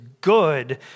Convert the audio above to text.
good